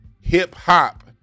hip-hop